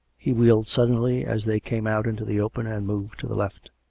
he wheeled suddenly as they came out into the open and moved to the left.